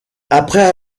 après